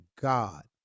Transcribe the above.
God